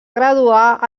graduar